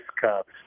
cups